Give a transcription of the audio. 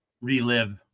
relive